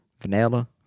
Vanilla